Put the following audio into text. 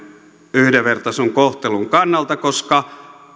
yhdenvertaisen kohtelun kannalta koska